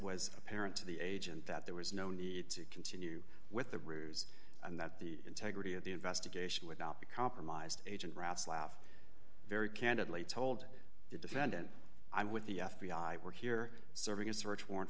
was apparent to the agent that there was no need to continue with the ruse and that the integrity of the investigation would not be compromised agent ratz laugh very candidly told the defendant i'm with the f b i we're here serving a search warrant